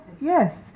yes